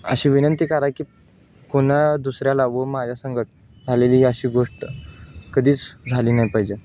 अशी विनंती करायची की कोणा दुसऱ्याला व माझ्या संगत झालेली ही अशी गोष्ट कधीच झाली नाही पाहिजे